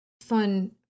fun